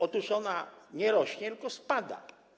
Otóż ona nie rośnie, tylko spada.